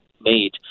made